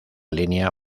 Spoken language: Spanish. línea